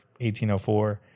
1804